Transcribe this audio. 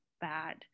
bad